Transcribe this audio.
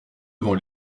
devant